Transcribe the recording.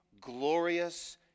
glorious